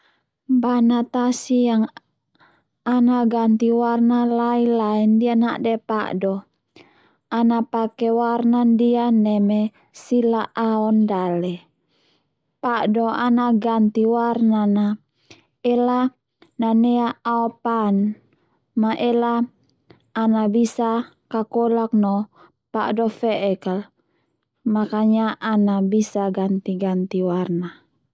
Bana tasi yang ana gati warna lai-lai ndia nade pa'do ana pake warna ndia neme sila aon dale, pa'do ana gati warna na ela nanea aopan ma ela ana bisa kakolak no pa'do fe'ek al makanya ana bisa gati-gati warna.